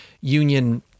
Union